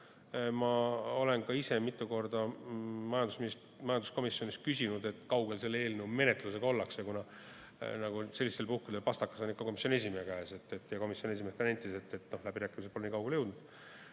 olen ise mitu korda majanduskomisjonis küsinud, kui kaugel selle eelnõu menetlusega ollakse. Sellistel puhkudel pastakas on ikka komisjoni esimehe käes ja komisjoni esimees nentis, et läbirääkimised pole nii kaugele jõudnud,